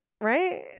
right